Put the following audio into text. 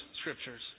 scriptures